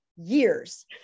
years